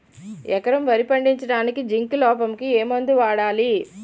ఎకరం వరి పండించటానికి జింక్ లోపంకి ఏ మందు వాడాలి?